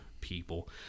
people